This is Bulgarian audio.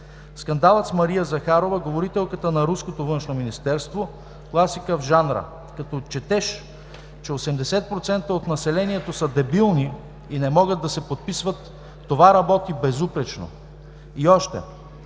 „Скандалът с Мария Захарова – говорителката на руското Външно министерство, е класика в жанра. Като отчетеш, че 80% от населението са дебилни и не могат да се подписват, това работи безупречно.“ И още,